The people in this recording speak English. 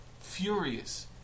furious